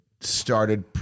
started